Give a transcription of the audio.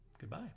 goodbye